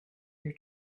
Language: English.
your